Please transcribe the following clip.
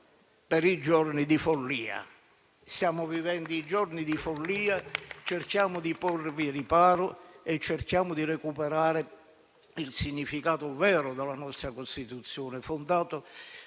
della follia». Stiamo vivendo giorni di follia: cerchiamo di porvi riparo e cerchiamo di recuperare il significato vero dalla nostra Costituzione, fondata